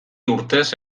urtez